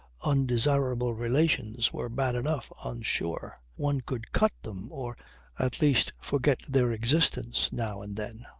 undesirable relations were bad enough on shore. one could cut them or at least forget their existence now and then.